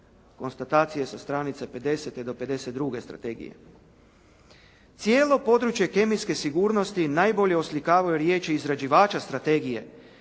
Konstatacije sa stranice 50. do 52. strategije. Cijelo područje kemijske sigurnosti najbolje oslikavaju riječi izrađivača strategije